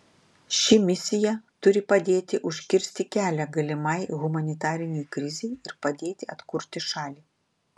ši misija turi padėti užkirsti kelią galimai humanitarinei krizei ir padėti atkurti šalį